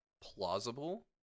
plausible